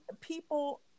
people